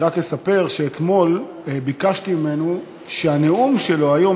אני רק אספר שאתמול ביקשתי ממנו שהנאום שלו היום